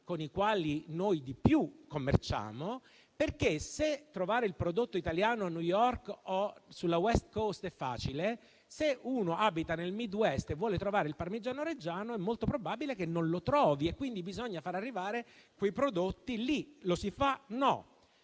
con i quali più commerciamo. Trovare un prodotto italiano a New York o sulla West Coast è facile, ma se si abita nel Midwest e si vuole trovare il Parmigiano reggiano è molto probabile che non lo si trovi, quindi bisogna far arrivare lì quei prodotti. Lo si fa? No.